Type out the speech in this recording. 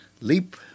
Leap